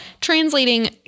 translating